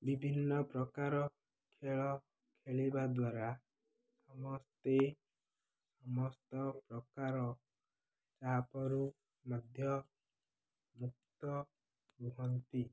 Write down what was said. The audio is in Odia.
ବିଭିନ୍ନ ପ୍ରକାର ଖେଳ ଖେଳିବା ଦ୍ୱାରା ସମସ୍ତେ ସମସ୍ତ ପ୍ରକାର ଚାପରୁ ମଧ୍ୟ ମୁକ୍ତ ରୁହନ୍ତି